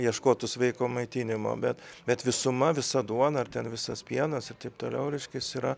ieškotų sveiko maitinimo bet bet visuma visa duona ar ten visas pienas ir taip toliau reiškias yra